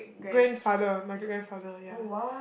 grandfather my great grandfather ya